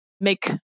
make